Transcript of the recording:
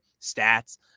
stats